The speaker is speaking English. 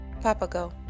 Papago